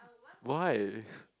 why